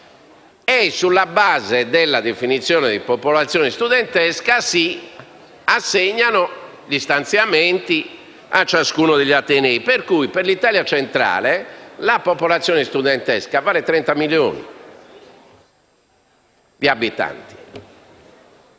e, sulla base della definizione di popolazione studentesca, si assegnano gli stanziamenti a ciascuno degli atenei. Per l'Italia centrale la popolazione studentesca vale 30 milioni di abitanti,